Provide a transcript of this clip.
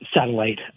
satellite